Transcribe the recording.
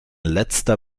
letzter